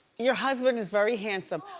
your husband is very handsome.